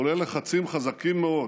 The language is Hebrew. כולל לחצים חזקים מאוד